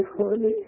Honey